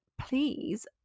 please